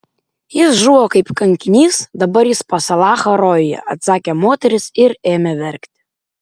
jis žuvo kaip kankinys dabar jis pas alachą rojuje atsakė moteris ir ėmė verkti